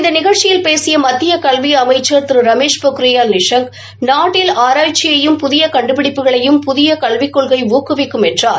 இந்த நிகழ்ச்சியில் பேசிய மத்திய கல்வி அமைச்சர் திரு ரமேஷ் பொக்ரியால் நிஷாய் நாட்டில் ஆராய்ச்சியையும் புதிய கண்டுபிடிப்புகளையும் புதிய கல்விக் கொள்கை ஊக்குவிக்கும் என்றார்